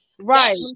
Right